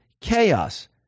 chaos